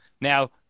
Now